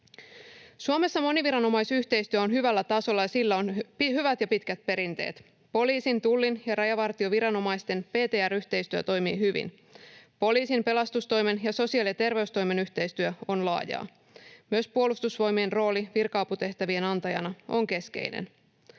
Suomessa moniviranomaisyhteistyö on hyvällä tasolla ja sillä on hyvät ja pitkät perinteet. Poliisin, Tullin ja rajavartioviranomaisten PTR-yhteistyö toimii hyvin. Poliisin, pelastustoimen ja sosiaali‑ ja terveystoimen yhteistyö on laajaa. Myös Puolustusvoimien rooli virka-aputehtävien antajana on keskeinen.